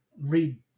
read